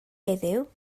heddiw